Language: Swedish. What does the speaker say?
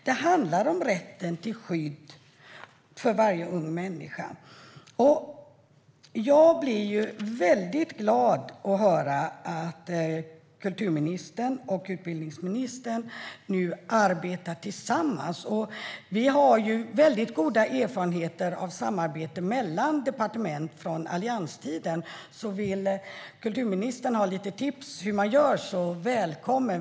Det handlar om rätten till skydd för varje ung människa. Jag blir glad över att höra att kulturministern och utbildningsministern nu arbetar tillsammans. Vi har ju goda erfarenheter av samarbete mellan departement från allianstiden. Om kulturministern vill ha lite tips är hon välkommen.